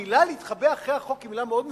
המלים "להתחבא מאחורי החוק" הן מלים מאוד מסוכנות,